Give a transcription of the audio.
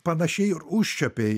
panašiai ir užčiuopei